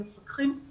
המפקחים,